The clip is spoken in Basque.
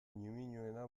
ñimiñoena